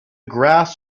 grass